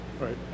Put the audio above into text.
Right